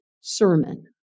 sermon